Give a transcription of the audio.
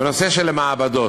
בנושא של מעבדות: